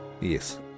yes